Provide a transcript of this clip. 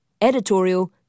editorial